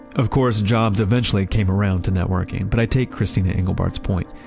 of course, jobs eventually it came around to networking, but i take christina engelbart's point,